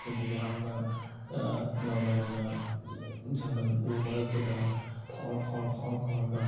ꯑꯩꯈꯣꯏꯒꯤ ꯌꯥꯝꯅ ꯅꯣꯔꯃꯦꯜ ꯑꯣꯏꯅ ꯖꯪꯒꯜ ꯎ ꯃꯔꯛꯇꯨꯗ ꯐꯥꯎꯔ ꯐꯥꯎꯔ ꯐꯥꯎꯔ ꯐꯥꯎꯔꯒ